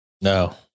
No